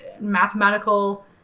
mathematical